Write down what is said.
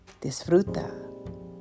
disfruta